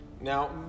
Now